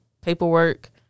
paperwork